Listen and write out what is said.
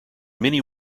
many